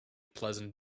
pleasant